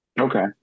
Okay